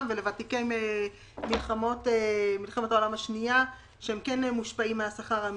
ולוותיקי מלחמת העולם השנייה שהם מושפעים מהשכר הממוצע.